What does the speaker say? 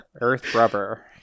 Earth-rubber